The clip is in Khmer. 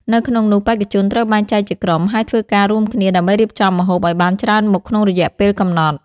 នៅក្នុងនោះបេក្ខជនត្រូវបែងចែកជាក្រុម ហើយធ្វើការរួមគ្នាដើម្បីរៀបចំម្ហូបឲ្យបានច្រើនមុខក្នុងរយៈពេលកំណត់។